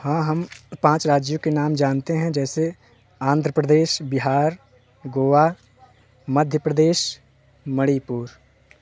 हाँ हम पाँच राज्यों के नाम जानते हैं जैसे आंध्र प्रदेश बिहार गोवा मध्य प्रदेश मणिपुर